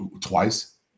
Twice